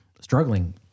struggling